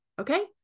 Okay